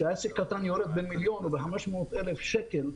אבל כשהעסק הקטן יורד במיליון או ב-500,000 שקל,